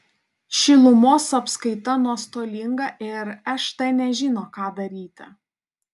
šilumos apskaita nuostolinga ir št nežino ką daryti